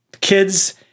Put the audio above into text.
kids